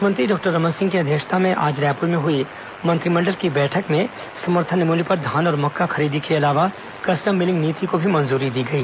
मुख्यमंत्री डॉक्टर रमन सिंह की अध्यक्षता में आज रायपुर में हुई मंत्रिमंडल की बैठक में समर्थन मूल्य पर धान और मक्का खरीदी के अलावा कस्टम मिलिंग नीति को भी मंजूरी दी गई